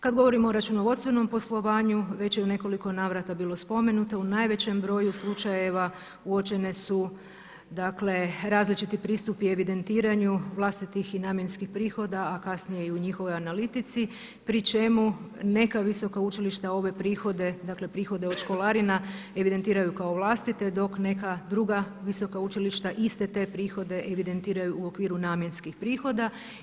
Kad govorimo o računovodstvenom poslovanju, već je u nekoliko navrata bilo spomenuto u najvećem broju slučajeva uočene su različiti pristupi evidentiranju vlastitih i namjenskih prihoda, a kasnije i u njihovoj analitici pri čemu neka visoka učilišta ove prihode dakle prihode od školarina evidentiraju kao vlastite, dok neka druga visoka učilišta iste te prihode evidentiraju u okviru namjenskih prihoda.